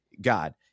God